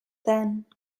then